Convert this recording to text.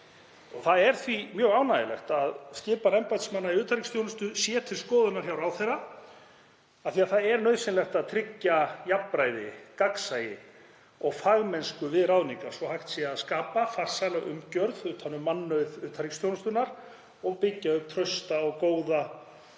Það er því mjög ánægjulegt að skipan embættismanna í utanríkisþjónustu sé til skoðunar hjá ráðherra af því að það er nauðsynlegt að tryggja jafnræði, gagnsæi og fagmennsku við ráðningar svo hægt sé að skapa farsæla umgjörð utan um mannauð utanríkisþjónustunnar og byggja upp trausta og góða